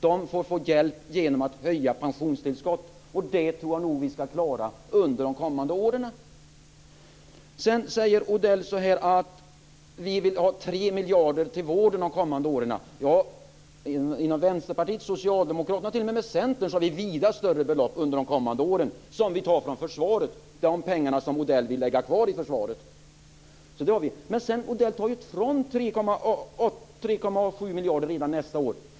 De får hjälp genom höjda pensionstillskott, och det tror jag nog vi ska klara under de kommande åren. Sedan säger Odell att vi vill ha 3 miljarder till vården under de kommande åren. Inom Vänsterpartiet, Socialdemokraterna och t.o.m. Centern har vi vida större belopp under de kommande åren som vi tar från försvaret. De pengar som Odell vill lägga kvar i försvaret drar vi ifrån. Men sedan tar ju Odell ifrån kommunerna 3,7 miljarder redan nästa år.